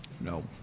No